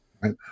right